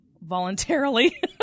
voluntarily